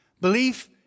Belief